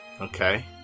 Okay